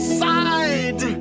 side